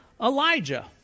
Elijah